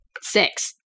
Six